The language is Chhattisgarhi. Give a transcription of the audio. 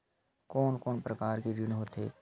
कोन कोन प्रकार के ऋण होथे?